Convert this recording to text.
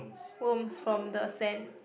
worms from the sand